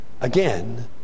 again